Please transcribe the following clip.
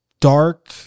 Dark